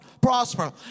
prosper